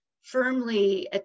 firmly